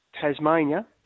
Tasmania